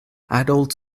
adult